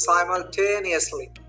Simultaneously